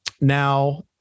now